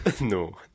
No